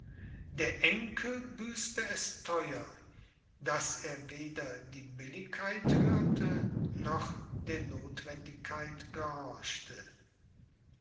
der enkel büßte es theuer daß er weder die billigkeit hörte noch der notwendigkeit gehorchte